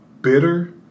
bitter